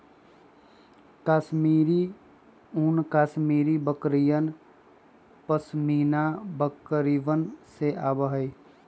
कश्मीरी ऊन कश्मीरी बकरियन, पश्मीना बकरिवन से आवा हई